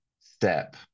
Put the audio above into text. step